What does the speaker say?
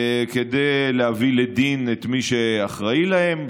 כדי להביא לדין את מי שאחראי להן,